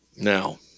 Now